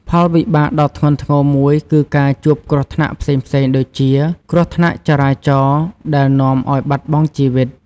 ផលវិបាកដ៏ធ្ងន់ធ្ងរមួយគឺការជួបគ្រោះថ្នាក់ផ្សេងៗដូចជា គ្រោះថ្នាក់ចរាចរណ៍ដែលនាំឱ្យបាត់បង់ជីវិត។